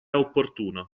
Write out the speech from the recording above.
opportuno